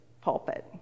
pulpit